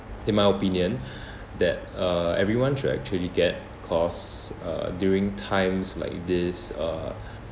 in my opinion that uh everyone to actually get cause uh during times like this uh